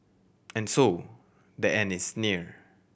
and so the end is near